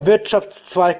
wirtschaftszweig